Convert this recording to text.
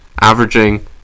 averaging